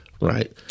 right